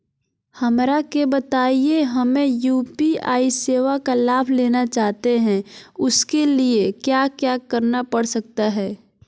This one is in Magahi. हमरा के बताइए हमें यू.पी.आई सेवा का लाभ लेना चाहते हैं उसके लिए क्या क्या करना पड़ सकता है?